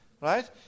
right